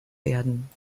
werden